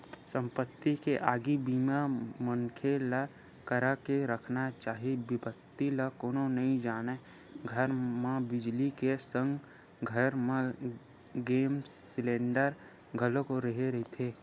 संपत्ति के आगी बीमा मनखे ल करा के रखना चाही बिपदा ल कोनो नइ जानय घर म बिजली के संग घर म गेस सिलेंडर घलोक रेहे रहिथे